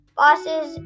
bosses